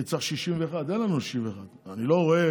כי צריך 61. אין לנו 61. אני לא רואה